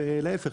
ולהיפך,